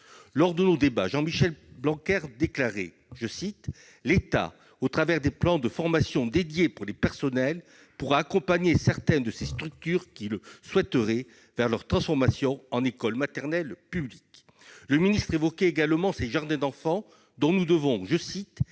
Lors de nos débats, Jean-Michel Blanquer déclarait :« L'État, au travers des plans de formation dédiés pour les personnels, pourra accompagner certaines structures qui le souhaiteraient vers leur transformation en école maternelle publique. »